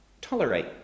tolerate